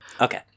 Okay